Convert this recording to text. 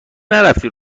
نرفتی